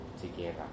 together